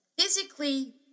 physically